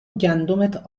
گندمت